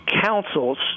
councils